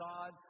God